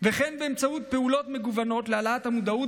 וכן באמצעות פעולות מגוונות להעלאת המודעות